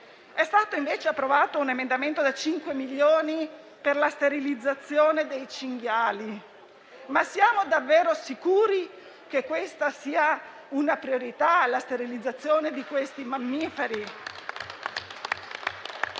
È stato invece approvato un emendamento da 5 milioni per la sterilizzazione dei cinghiali. Siamo davvero sicuri che la sterilizzazione di questi mammiferi